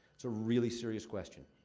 it's a really serious question.